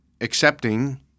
accepting